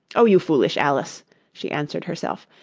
oh, you foolish alice she answered herself.